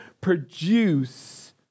produce